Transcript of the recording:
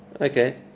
Okay